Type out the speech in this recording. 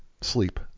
sleep